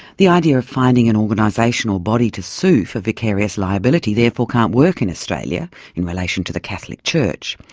the idea of finding an organisational body to sue for vicarious liability therefore can't work in australia in relation to the catholic church.